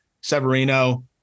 Severino